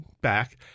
back